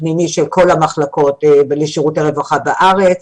סקר פנימי של כל מחלקות שירותי הרווחה בארץ,